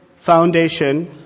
foundation